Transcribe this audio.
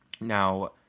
Now